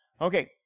Okay